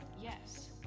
Yes